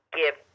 give